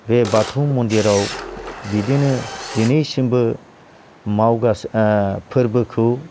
बे बाथौ मन्दिराव बिदिनो दिनैसिमबो ओ फोरबोखौ